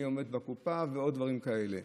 מי עומד בקופה ועוד דברים כאלה.